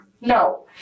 No